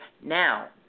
now